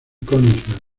königsberg